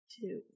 two